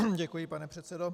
Děkuji, pane předsedo.